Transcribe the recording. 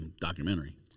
documentary